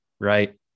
right